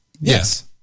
Yes